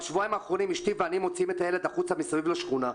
בשבועיים האחרונים אשתי ואני מוציאים את הילד החוצה מסביב לשכונה,